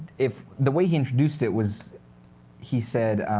if the way he introduced it was he said,